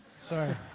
Sorry